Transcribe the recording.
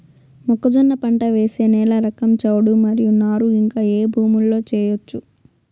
మొక్కజొన్న పంట వేసే నేల రకం చౌడు మరియు నారు ఇంకా ఏ భూముల్లో చేయొచ్చు?